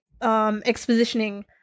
expositioning